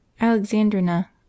alexandrina